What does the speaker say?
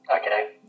okay